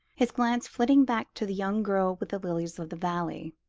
his glance flitting back to the young girl with the lilies-of-the-valley.